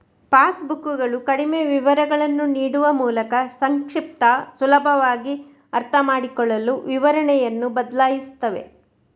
pass ಬುಕ್ಕುಗಳು ಕಡಿಮೆ ವಿವರಗಳನ್ನು ನೀಡುವ ಮೂಲಕ ಸಂಕ್ಷಿಪ್ತ, ಸುಲಭವಾಗಿ ಅರ್ಥಮಾಡಿಕೊಳ್ಳಲು ವಿವರಣೆಯನ್ನು ಬದಲಾಯಿಸುತ್ತವೆ